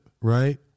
right